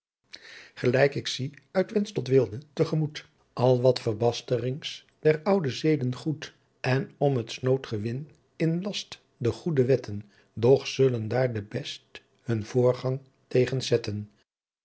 gelijk ik zie uit wenst tot weelde te gemoet al wat verbasterings der oude zeeden goedt en om het snood gewin in last de goede wetten doch zullen daar de best hun voorgang tegens zetten